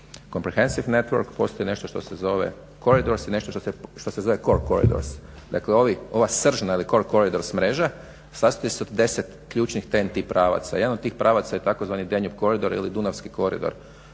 comprehensi network postoji nešto se zove corridors i nešto što se zove core corridors. Dakle ova sržna ili core corridors mreža sastoji se od 10 ključnih TEN-T pravaca. Jedan od tih pravaca je tzv. Dunaue coridor ili Dunavski koridor.